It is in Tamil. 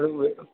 ஹலோ வ